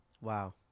Wow